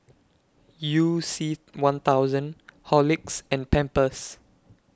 YOU C one thousand Horlicks and Pampers